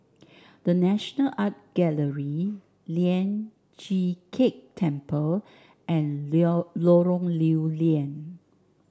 The National Art Gallery Lian Chee Kek Temple and Lorong Lew Lian